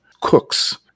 cooks